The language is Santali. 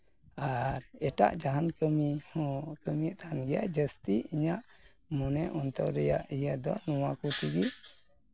ᱟᱨ ᱮᱴᱟᱜ ᱡᱟᱦᱟᱱ ᱠᱟᱹᱢᱤ ᱦᱚᱸ ᱠᱟᱹᱢᱤᱭᱮᱫ ᱛᱟᱦᱮᱱ ᱜᱮᱭᱟ ᱡᱟᱹᱥᱛᱤ ᱤᱧᱟᱹᱜ ᱢᱚᱱᱮ ᱚᱱᱛᱚᱨ ᱤᱭᱟᱹ ᱫᱚ ᱱᱚᱣᱟ ᱠᱚ ᱛᱮᱜᱤᱧ